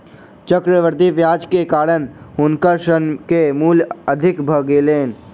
चक्रवृद्धि ब्याज के कारण हुनकर ऋण के मूल अधिक भ गेलैन